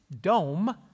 dome